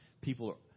People